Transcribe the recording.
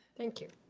thank you,